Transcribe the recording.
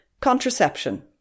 Contraception